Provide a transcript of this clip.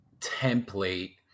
template